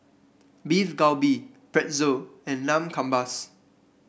Beef Galbi Pretzel and Lamb Kebabs